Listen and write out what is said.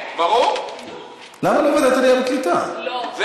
למה לא ועדת העלייה והקליטה?